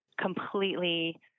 completely